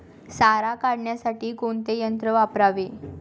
सारा काढण्यासाठी कोणते यंत्र वापरावे?